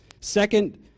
Second